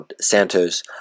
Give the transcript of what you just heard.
Santos